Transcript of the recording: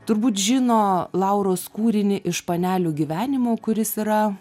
turbūt žino lauros kūrinį iš panelių gyvenimo kuris yra